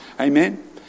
Amen